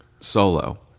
solo